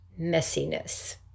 messiness